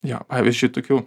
jo pavyzdžiui tokių